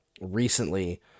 recently